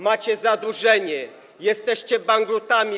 Macie zadłużenie, jesteście bankrutami.